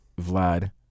Vlad